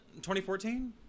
2014